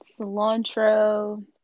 cilantro